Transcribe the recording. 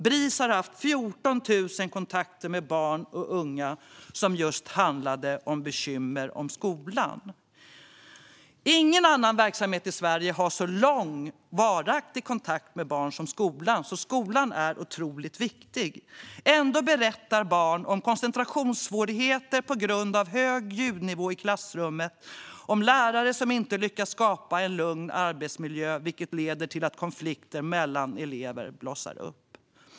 Bris har haft 14 000 kontakter med barn och unga som just handlade om bekymmer med skolan. Ingen annan verksamhet i Sverige har så lång varaktig kontakt med barn som skolan. Skolan är alltså otroligt viktig. Ändå berättar barn om koncentrationssvårigheter på grund av hög ljudnivå i klassrummen och om lärare som inte lyckas skapa en lugn arbetsmiljö, vilket leder till att konflikter mellan elever blossar upp.